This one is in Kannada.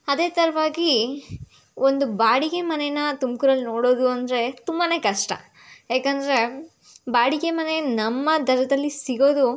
ಅದೇ ಥರವಾಗಿ ಒಂದು ಬಾಡಿಗೆ ಮನೇನ ತುಮ್ಕೂರಲ್ಲಿ ನೋಡೋದು ಅಂದರೆ ತುಂಬಾ ಕಷ್ಟ ಏಕಂದರೆ ಬಾಡಿಗೆ ಮನೆ ನಮ್ಮ ದರದಲ್ಲಿ ಸಿಗೋದು